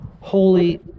Holy